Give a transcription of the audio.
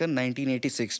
1986